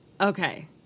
Okay